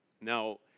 Now